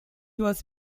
was